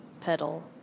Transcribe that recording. pedal